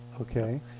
Okay